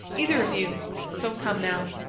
either of you so come, now!